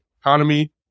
economy